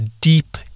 deep